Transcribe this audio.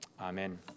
Amen